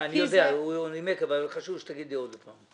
אני יודע אבל חשוב שתגידי שוב.